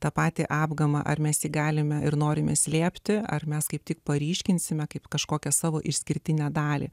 tą patį apgamą ar mes galime ir norime slėpti ar mes kaip tik paryškinsime kaip kažkokią savo išskirtinę dalį